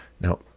Now